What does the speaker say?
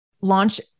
launch